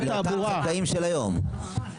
התעבורה, אדוני היושב-ראש.